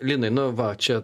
linai nu va čia